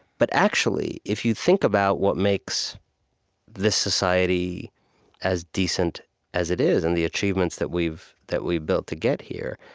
but actually, if you think about what makes this society as decent as it is and the achievements that we've that we've built to get here,